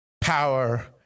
power